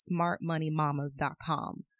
smartmoneymamas.com